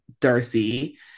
Darcy